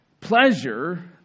pleasure